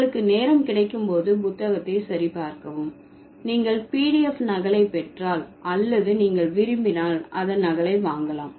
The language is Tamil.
உங்களுக்கு நேரம் கிடைக்கும் போது புத்தகத்தை சரி பார்க்கவும் நீங்கள் PDF நகலை பெற்றால் அல்லது நீங்கள் விரும்பினால் அதன் நகலை வாங்கலாம்